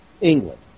England